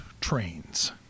trains